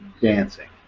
dancing